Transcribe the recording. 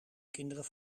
kinderen